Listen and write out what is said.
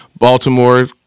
Baltimore